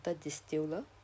distiller